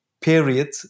period